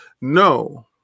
No